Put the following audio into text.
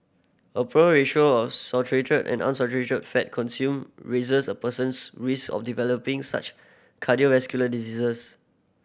a poor ratio of saturated and unsaturated fat consumed raises a person's risk of developing such cardiovascular diseases